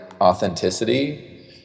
authenticity